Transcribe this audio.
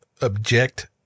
object